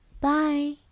Bye